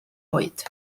oed